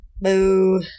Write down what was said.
boo